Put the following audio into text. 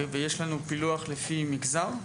יש לנו פילוח לפי מגזר?